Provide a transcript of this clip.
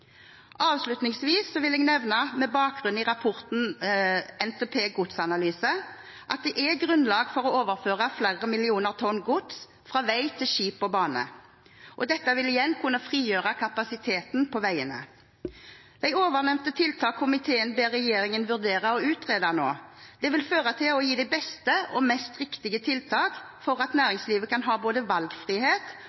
Avslutningsvis vil jeg nevne, med bakgrunn i rapporten NTP Godsanalyse, at det er grunnlag for å overføre flere millioner tonn gods fra vei til skip og bane, og dette vil igjen kunne frigjøre kapasiteten på veiene. De ovennevnte tiltak komiteen ber regjeringen vurdere og utrede, vil føre til at næringslivet kan ha både valgfrihet og best utnyttelse av kapasiteten for